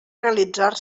realitzar